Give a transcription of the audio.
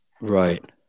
Right